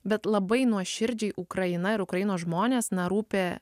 bet labai nuoširdžiai ukraina ir ukrainos žmonės na rūpi